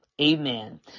amen